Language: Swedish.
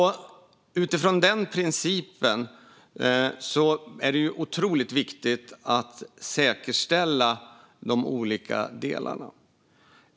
Utifrån den principen är det otroligt viktigt att säkerställa de olika delarna.